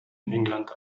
england